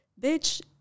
bitch